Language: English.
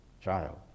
child